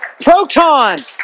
Proton